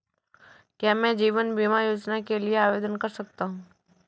क्या मैं जीवन बीमा योजना के लिए आवेदन कर सकता हूँ?